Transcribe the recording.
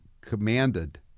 commanded